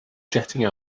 jetting